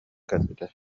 кэлбитэ